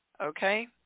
Okay